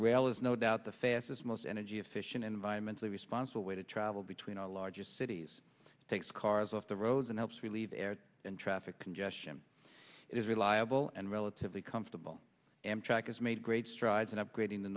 rail is no doubt the fastest most energy efficient environmentally responsible way to travel between our largest cities takes cars off the roads and helps relieve the air traffic congestion is reliable and relatively comfortable amtrak has made great strides in upgrading the